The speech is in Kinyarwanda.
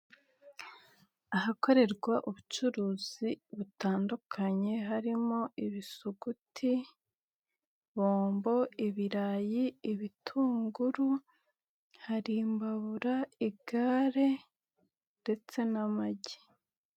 Ahakorerwa ubucuruzi butandukanye harimo ibisuguti, bombo, ibirayi, ibitunguru, hari imbabura, igare ndetse n'amagi.